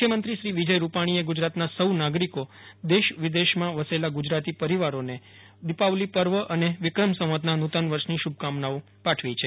મુખ્યમંત્રી શ્રી વિજય રૂપાણીએ ગુજરાતના સૌ નાગરિકોદેશ વિદેશમાં વસેલા ગુજરાતી પરિવારોને દિપાવલી પર્વ અને વિક્રમ સંવતના નુ તન વર્ષની શુ ભકામનાઓ પાઠવી છે